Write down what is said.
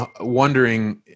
wondering